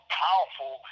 powerful